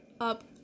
up